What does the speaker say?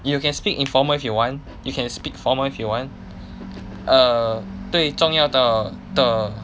you can speak informal if you want you can speak formal if you want err 对重要的的